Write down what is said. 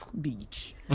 Beach